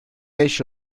beş